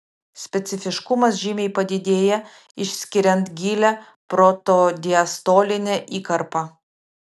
specifiškumas žymiai padidėja išskiriant gilią protodiastolinę įkarpą